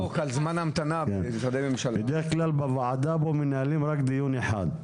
בדרך כלל, בוועדה פה מנהלים רק דיון אחד.